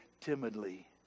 timidly